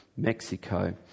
Mexico